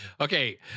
Okay